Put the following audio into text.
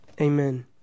Amen